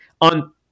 on